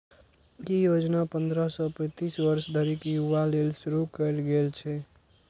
ई योजना पंद्रह सं पैतीस वर्ष धरिक युवा लेल शुरू कैल गेल छै